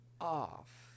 off